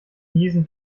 niesen